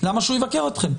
למה שהוא יבקר אתכם?